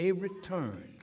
a return